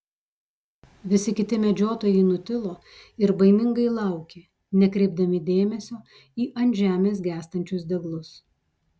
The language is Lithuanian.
visi kiti medžiotojai nutilo ir baimingai laukė nekreipdami dėmesio į ant žemės gęstančius deglus